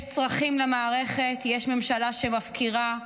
יש צרכים למערכת, יש ממשלה שמפקירה.